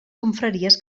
confraries